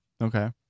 Okay